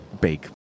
bake